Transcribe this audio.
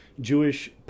Jewish